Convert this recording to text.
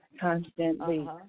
constantly